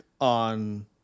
on